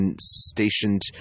stationed